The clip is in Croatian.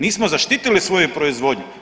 Nismo zaštitili svoju proizvodnju.